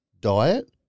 Diet